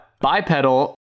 bipedal